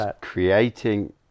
creating